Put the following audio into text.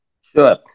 Sure